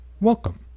welcome